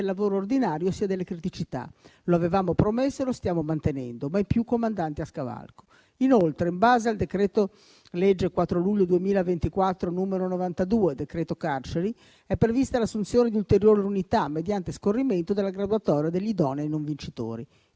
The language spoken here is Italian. del lavoro ordinario, sia delle criticità. Lo avevamo promesso e lo stiamo mantenendo: mai più comandanti a scavalco. Inoltre, in base al decreto-legge 4 luglio 2024, n. 92 (decreto carceri), è prevista l'assunzione di ulteriori unità mediante scorrimento della graduatoria degli idonei non vincitori.